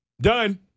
done